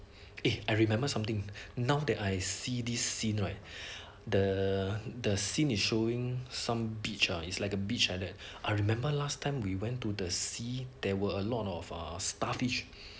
eh I remembered something now that I see this scene right the the scene is showing some beach ah is like a beach like that I remember last time we went to the sea there were a lot of uh starfish